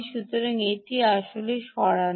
সুতরাং এটি আসলে সরানো